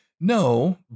No